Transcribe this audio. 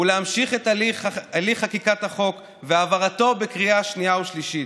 הוא להמשיך את הליך חקיקת החוק והעברתו בקריאה שנייה ושלישית.